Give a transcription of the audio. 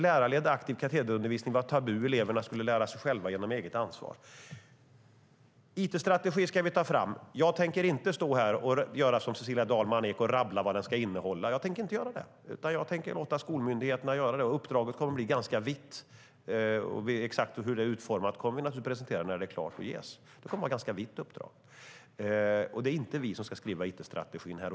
Lärarledd aktiv katederundervisning var tabu. Eleverna skulle själva lära sig genom att ta eget ansvar. En it-strategi ska vi ta fram. Jag tänker inte stå här och göra som Cecilia Dalman Eek och rabbla upp vad den ska innehålla. I stället tänker jag låta skolmyndigheterna göra det. Exakt hur det blir utformat kommer vi naturligtvis att presentera när det är klart att ges. Det kommer att vara ett ganska vitt uppdrag. Det är inte vi här som ska skriva it-strategin.